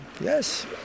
Yes